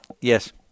Yes